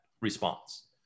response